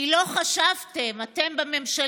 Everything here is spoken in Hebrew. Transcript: כי לא חשבתם, אתם בממשלה,